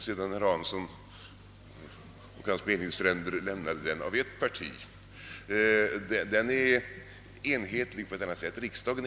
Sedan herr Hansson i Skegrie och hans meningsfränder lämnade regeringen består den av ett parti. Den är enhetlig på ett helt annat sätt än riksdagen.